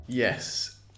Yes